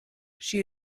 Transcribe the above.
she